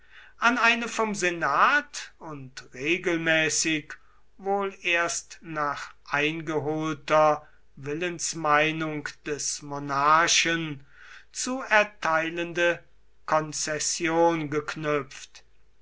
an eine vom senat und regelmäßig wohl erst nach eingeholter willensmeinung des monarchen zu erteilende konzession geknüpft